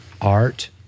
art